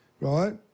right